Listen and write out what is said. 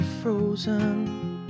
Frozen